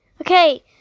Okay